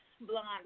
Blonde